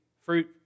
fruit